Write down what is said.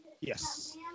yes